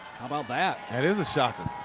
how about that? that is a shocker.